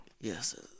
Yes